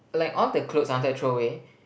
like all the clothes I wanted to throw away